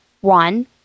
one